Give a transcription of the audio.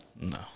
No